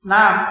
Now